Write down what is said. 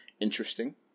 interesting